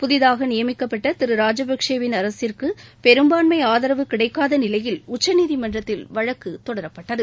புதிதாக நியமிக்கப்பட்ட திரு ராஜபக்சே வின் அரசிற்கு பெரும்பான்மை ஆதரவு கிடைக்காத நிலையில் உச்சநீதிமன்றத்தில் வழக்கு தொடர்ப்பட்டது